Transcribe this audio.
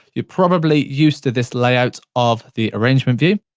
you're probably used to this layout of the arrangement view.